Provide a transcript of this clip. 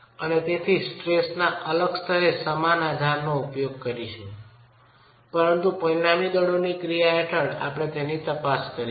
અને તેથી સ્ટ્રેસ ના અલગ સ્તરે સમાન આધારનો ઉપયોગ કરીશું પરંતુ પરિણામી દળોની ક્રિયા હેઠળ આપણે તેની તપાસ કરીશું